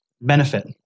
benefit